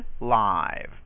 live